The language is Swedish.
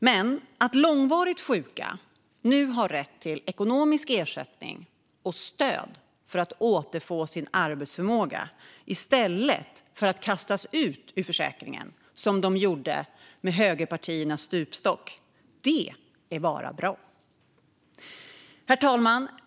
Men att långvarigt sjuka nu har rätt till ekonomisk ersättning och stöd för att återfå sin arbetsförmåga i stället för att kastas ut ur försäkringen som de gjorde med högerpartiernas stupstock - det är bara bra. Herr talman!